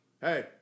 Hey